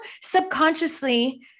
subconsciously